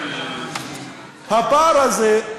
הפער הזה,